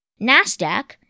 NASDAQ